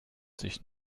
sich